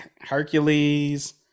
Hercules